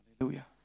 Hallelujah